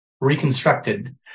Reconstructed